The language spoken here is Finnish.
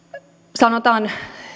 sanotaan